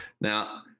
Now